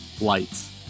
lights